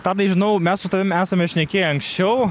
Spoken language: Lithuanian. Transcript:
tadai žinau mes su tavim nesame šnekėję anksčiau